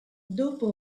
dopo